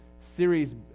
series